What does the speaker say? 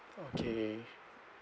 okay